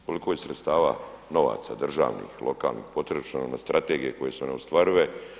Koliko je sredstava, novaca, državnih, lokalnih potrošeno na strategije koje su neostvarive.